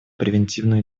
превентивную